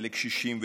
לקשישים,